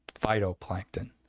phytoplankton